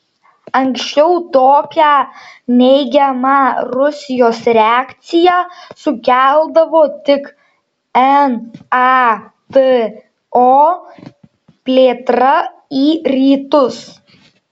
anksčiau tokią neigiamą rusijos reakciją sukeldavo tik nato plėtra į rytus